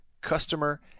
customer